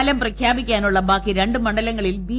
ഫലം പ്രഖ്യാപിക്കാനുള്ള ബാക്കി രണ്ട് മണ്ഡലങ്ങളിൽ ബി